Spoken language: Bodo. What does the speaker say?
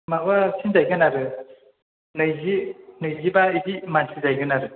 माबासिम जाहैगोन आरो नैजि नैजिबा बेबादि मानसि जाहैगोन आरो